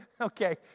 Okay